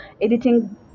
editing